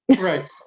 Right